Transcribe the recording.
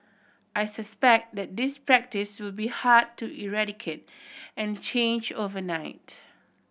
I suspect that this practice will be hard to eradicate and change overnight